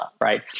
right